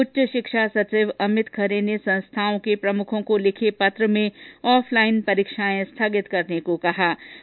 उच्च शिक्षा सचिव अमित खरे ने संस्थाओं के प्रमुखों को लिखे पत्र में ऑफलाइन परीक्षाएं स्थगित करने को कहा है